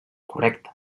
correcte